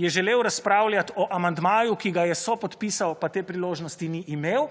je želel razpravljati o amandmaju, ki ga je sopodpisal, pa te priložnosti ni imel.